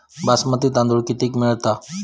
बासमती तांदूळ कितीक मिळता?